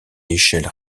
échelle